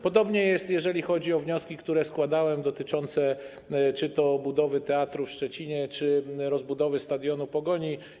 Podobnie jest, jeżeli chodzi o wnioski, które składałem, dotyczące budowy teatru w Szczecinie czy rozbudowy stadionu Pogoni.